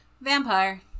Vampire